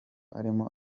arimo